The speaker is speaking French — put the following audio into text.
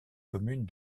communes